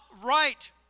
right